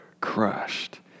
crushed